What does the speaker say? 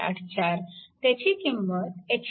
84 त्याची किंमत 145